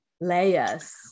layers